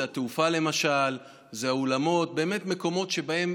זה התעופה, למשל, זה האולמות, באמת, מקומות שבהם